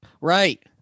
Right